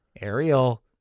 Ariel